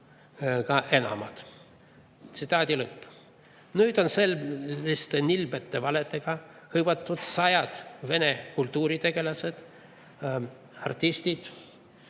enamaga." Tsitaadi lõpp. Nüüd on selliste nilbete valedega hõivatud sajad Vene kultuuritegelased, artistid,